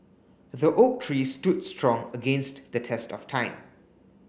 the oak tree stood strong against the test of time